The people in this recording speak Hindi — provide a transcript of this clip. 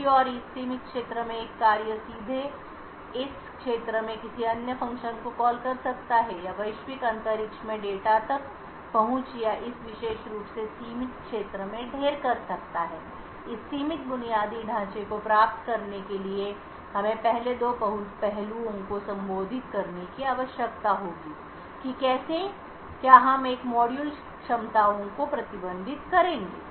दूसरी ओर इस सीमित क्षेत्र में एक कार्य सीधे इस क्षेत्र में किसी अन्य फ़ंक्शन को कॉल कर सकता है या वैश्विक अंतरिक्ष में डेटा तक पहुंच या इस विशेष रूप से सीमित क्षेत्र में ढेर कर सकता है इस सीमित बुनियादी ढांचे को प्राप्त करने के लिए हमें पहले दो पहलुओं को संबोधित करने की आवश्यकता होगी कि कैसे क्या हम एक मॉड्यूल क्षमताओं को प्रतिबंधित करेंगे